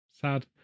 sad